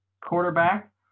quarterback